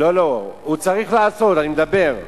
לא לא, הוא צריך לעשות, אני מדבר.